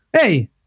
Hey